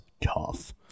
tough